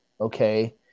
Okay